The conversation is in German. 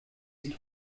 ist